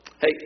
Hey